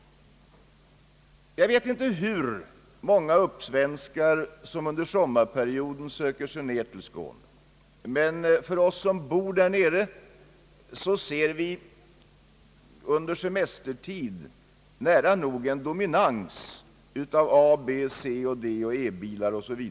Jag vet inte hur många uppsvenskar som under sommarperioden söker sig ner till Skåne. Vi som bor där nere ser under semestertiden nära nog en dominans av A-, B-, C och D-bilar 0. s. v.